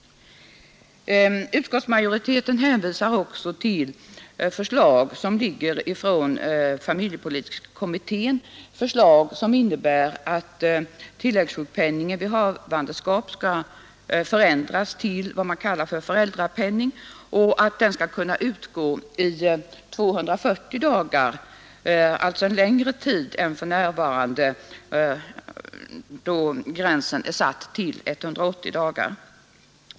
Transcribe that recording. Utskottsmajoriteten hänvisar också till förslag som framlagts av familjepolitiska kommittén. Detta förslag innebär att tilläggssjukpenning vid havandeskap skall förändras till föräldrapenning och att den skall kunna utgå under 240 dagar, alltså längre än för närvarande, då gränsen är satt till 180 dagar.